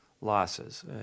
losses